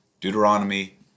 Deuteronomy